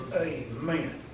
Amen